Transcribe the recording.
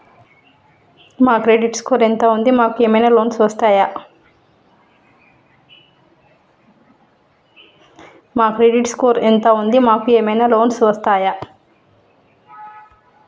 మా credit score ఎంత ఉంది? మాకు ఏమైనా లోన్స్ వస్తయా?